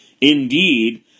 Indeed